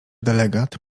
delegat